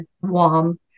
warm